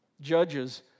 Judges